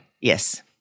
Yes